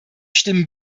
stimmen